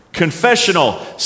confessional